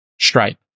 Stripe